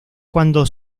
cuando